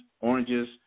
oranges